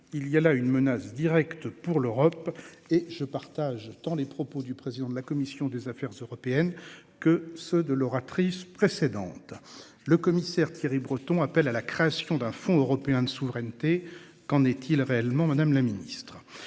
Il y a là une menace directe pour l'Europe et je partage tant les propos du président de la commission des Affaires européennes que ceux de l'oratrice précédente. Le commissaire, Thierry Breton, appelle à la création d'un fonds européen de souveraineté. Qu'en est-il réellement Madame la Ministre